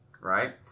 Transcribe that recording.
right